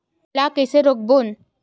ला कइसे रोक बोन?